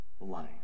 life